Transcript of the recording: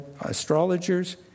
astrologers